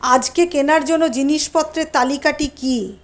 আজকে কেনার জন্য জিনিসপত্রের তালিকাটি কী